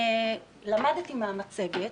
למדתי מן המצגת,